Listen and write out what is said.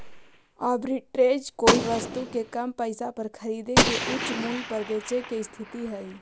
arbitrage कोई वस्तु के कम पईसा पर खरीद के उच्च मूल्य पर बेचे के स्थिति हई